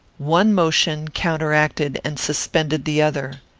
one motion counteracted and suspended the other.